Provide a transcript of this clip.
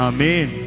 Amen